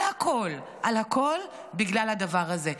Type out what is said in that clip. על הכול, על הכול בגלל הדבר הזה.